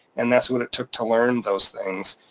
and that's what it took to learn those things,